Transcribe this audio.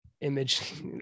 image